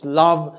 love